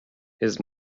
his